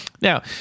Now